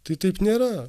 tai taip nėra